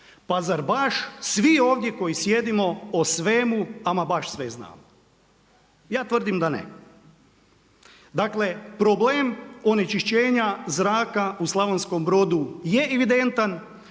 Pa zar baš svi ovdje koji sjedimo o svemu ama baš sve znamo? Ja tvrdim da ne. Dakle, problem onečišćenja zraka u Slavonskom Brodu je evidentan